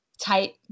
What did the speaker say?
tight